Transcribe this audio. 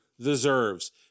deserves